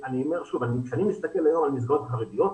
כשאני מסתכל היום על המסגרות החרדיות,